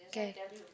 okay